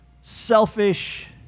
selfish